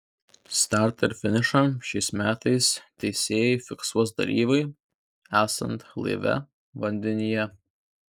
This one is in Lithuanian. startą ir finišą šiais metais teisėjai fiksuos dalyviui esant laive vandenyje